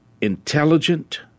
Intelligent